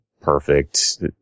perfect